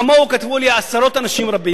כמוהו כתבו לי עשרות רבות של אנשים.